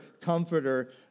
comforter